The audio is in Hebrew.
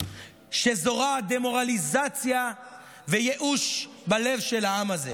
שזורה דה-מורליזציה וייאוש בלב של העם הזה.